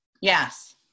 Yes